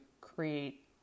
create